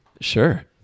Sure